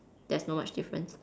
there's not much difference